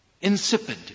Insipid